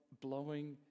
blowing